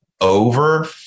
over